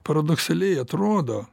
paradoksaliai atrodo